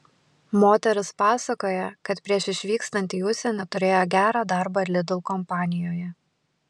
moteris pasakoja kad prieš išvykstant į užsienį turėjo gerą darbą lidl kompanijoje